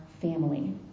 family